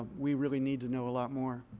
we really need to know a lot more.